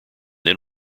then